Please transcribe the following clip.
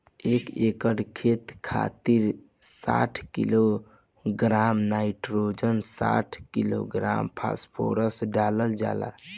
एक एकड़ खेत खातिर साठ किलोग्राम नाइट्रोजन साठ किलोग्राम फास्फोरस डालल जाला?